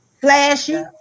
Flashy